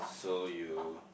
so you